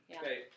Okay